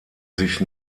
sich